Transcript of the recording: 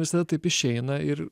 visada taip išeina ir